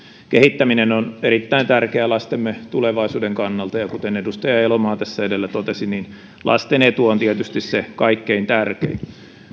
kehittäminen on erittäin tärkeää lastemme tulevaisuuden kannalta ja kuten edustaja elomaa tässä edellä totesi lasten etu on tietysti se kaikkein tärkein